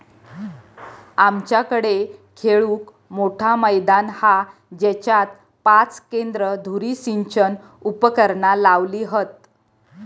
आमच्याकडे खेळूक मोठा मैदान हा जेच्यात पाच केंद्र धुरी सिंचन उपकरणा लावली हत